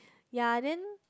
ya then